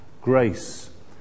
grace